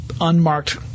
unmarked